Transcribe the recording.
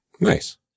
Nice